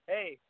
Hey